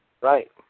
Right